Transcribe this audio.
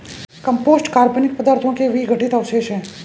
compost कार्बनिक पदार्थों के विघटित अवशेष हैं